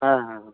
ᱦᱮᱸ ᱦᱮᱸ